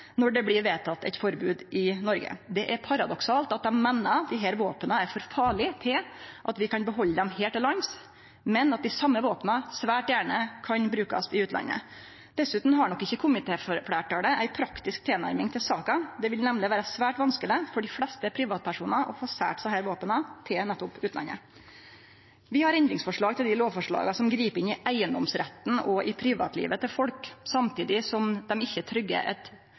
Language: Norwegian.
når det blir vedteke eit forbod i Norge. Det er paradoksalt at dei meiner at desse våpna er for farlege til at vi kan behalde dei her til lands, men at dei same våpna svært gjerne kan brukast i utlandet. Dessutan har nok ikkje komitéfleirtalet ei praktisk tilnærming til saka. Det vil nemleg vere svært vanskeleg for dei fleste privatpersonane å få selt desse våpna sine til nettopp utlandet. Vi har endringsforslag til dei lovforslaga som grip inn i eigedomsretten og i privatlivet til folk, samtidig som dei ikkje sørgjer for eit